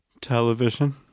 Television